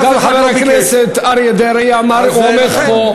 גם חבר הכנסת אריה דרעי אמר את זה.